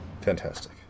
Fantastic